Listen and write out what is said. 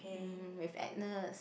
um with Agnes